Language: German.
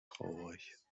traurig